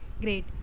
Great